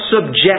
subject